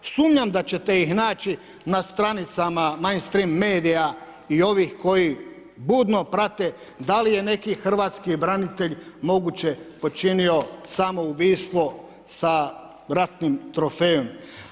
Sumnjam da ćete ih naći na stranicama … medija i ovih koji budno prate da li je neki hrvatski branitelj moguće počinio samoubistvo sa ratnim trofejem.